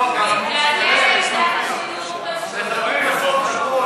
אתה כל הזמן מייצר פה מתח.